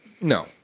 No